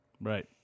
Right